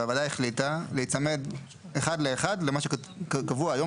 והוועדה החליטה להיצמד אחד לאחד למה שקבוע היום